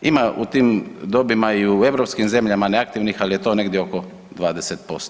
Ima i u tim dobima i u europskim zemljama neaktivnih ali je to negdje oko 20%